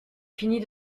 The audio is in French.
finit